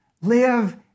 Live